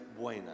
buena